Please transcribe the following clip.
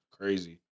Crazy